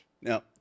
Now